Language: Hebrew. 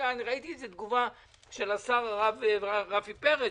ראיתי איזו תגובה של השר הרב רפי פרץ,